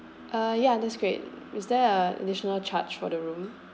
ah ya that's great is there a additional charge for the room